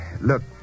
Look